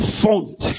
font